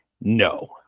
No